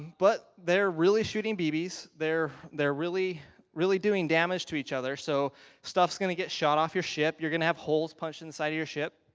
but they're really shooting bbs. they're they're really really doing damage to each other, so stuff's going to get shot off your ship. you're going to have holes punched in the side of your ship.